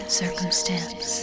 circumstance